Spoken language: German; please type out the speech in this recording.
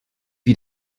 wie